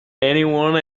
anyone